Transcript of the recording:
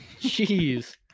Jeez